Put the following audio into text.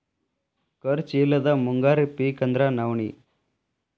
ಖರ್ಚ್ ಇಲ್ಲದ ಮುಂಗಾರಿ ಪಿಕ್ ಅಂದ್ರ ನವ್ಣಿ